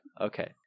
Okay